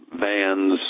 vans